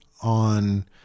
on